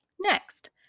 Next